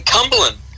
Cumberland